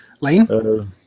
Lane